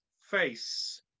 face